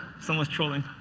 someone's trolling.